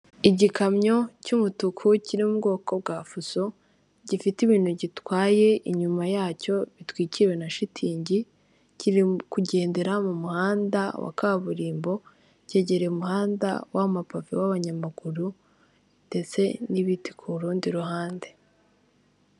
Igikamyo cy'umutuku kiri mu bwoko bwa fuso, gifite ibintu gitwaye inyuma yacyo bitwikiriwe na shitingi kiri kugendera mu muhanda wa kaburimbo, kegere umuhanda w'amapave w'abanyamaguru ndetse n'ibiti ku rundi ruhande.